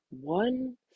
one